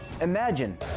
Imagine